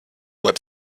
web